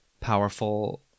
powerful